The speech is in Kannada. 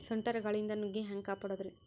ಸುಂಟರ್ ಗಾಳಿಯಿಂದ ನುಗ್ಗಿ ಹ್ಯಾಂಗ ಕಾಪಡೊದ್ರೇ?